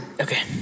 Okay